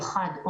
תודה.